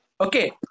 Okay